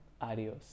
Adios